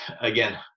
again